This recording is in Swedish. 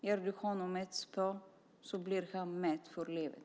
Ger du honom ett spö blir han mätt för livet.